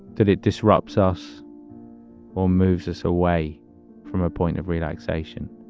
that it disrupts us or moves us away from a point of relaxation